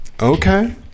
Okay